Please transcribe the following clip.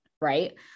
right